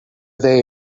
they